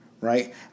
right